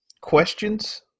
questions